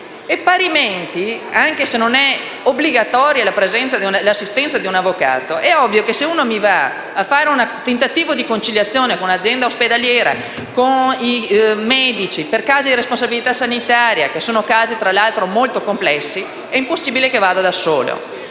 Parimenti, anche se non è obbligatoria l'assistenza di un avvocato, è ovvio che se si fa un tentativo di conciliazione con un'azienda ospedaliera e con medici per casi di responsabilità sanitaria, che tra l'altro sono molto complessi, è impossibile farlo da solo,